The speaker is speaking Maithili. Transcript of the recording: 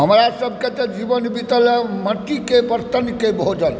हमरासभकेँ तऽ जीवन बीतल मट्टीके बर्तनके भोजन